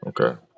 Okay